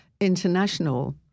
international